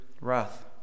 wrath